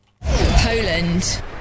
Poland